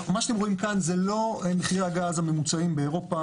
מה שאתם רואים כאן זה לא מחירי הגז הממוצעים באירופה,